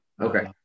okay